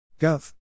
Gov